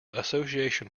association